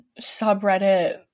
subreddit